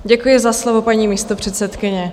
Děkuji za slovo, paní místopředsedkyně.